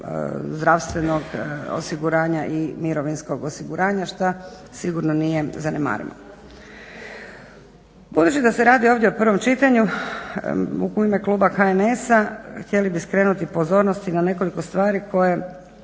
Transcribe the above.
zdravstvenog osiguranja i mirovinskog osiguranja što sigurno nije zanemarivo. Budući da se radi ovdje o prvom čitanju u ime kluba HNS-a htjeli bi skrenuti pozornost i na nekoliko stvari koje